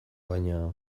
baina